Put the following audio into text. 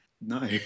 No